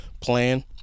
plan